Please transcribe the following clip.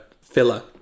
filler